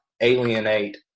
alienate